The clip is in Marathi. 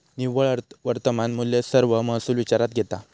निव्वळ वर्तमान मुल्य सर्व महसुल विचारात घेता